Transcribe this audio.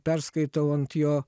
perskaitau ant jo